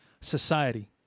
society